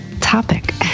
topic